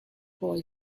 boy